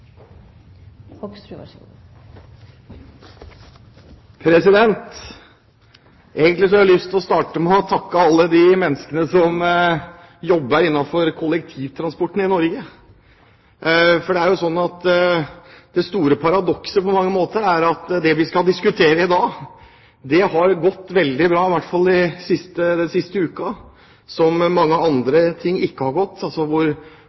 har jeg lyst til å starte med å takke alle de menneskene som jobber innenfor kollektivtransporten i Norge, for det store paradokset er på mange måter at det vi skal diskutere i dag, har gått veldig bra – i hvert fall den siste uken. Når mange andre ting ikke har gått,